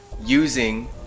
using